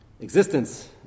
existence